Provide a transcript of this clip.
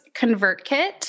ConvertKit